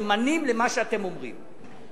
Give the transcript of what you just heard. נאמנים למה שאתם אומרים.